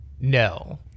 No